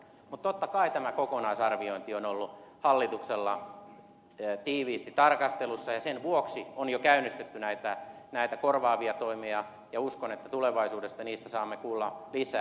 mutta totta kai tämä kokonaisarviointi on ollut hallituksella tiiviisti tarkastelussa ja sen vuoksi on jo käynnistetty näitä korvaavia toimia ja uskon että tulevaisuudessa niistä saamme kuulla lisää